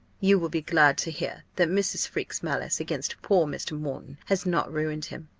you will be glad to hear that mrs. freke's malice against poor mr. moreton has not ruined him.